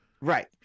right